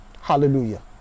Hallelujah